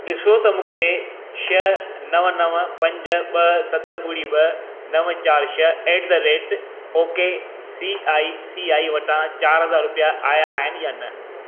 ॾिसो त मूंखे छह नव नव पंज ॿ सत ॿुड़ी ॿ नव चारि छह at the rate okay C I C I वटां चारि हज़ार रुपया आयां आहिनि या न